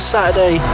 Saturday